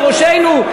ששמים אלופים לראשינו.